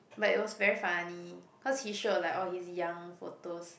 but it was very funny cause he showed like all his young photos